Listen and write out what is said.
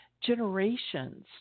generations